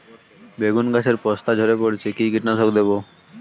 বেগুন গাছের পস্তা ঝরে পড়ছে কি কীটনাশক দেব?